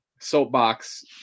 soapbox